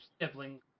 sibling